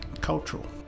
cultural